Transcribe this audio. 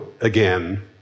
Again